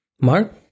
Mark